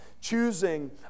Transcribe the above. choosing